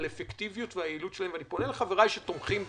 על האפקטיביות והיעילות שלהם אני פונה לחבריי שתומכים בזה,